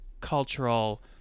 cultural